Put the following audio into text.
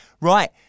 Right